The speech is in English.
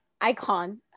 icon